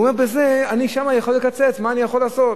הוא אומר: שם אני יכול לקצץ, מה אני יכול לעשות?